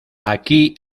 aquí